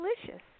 delicious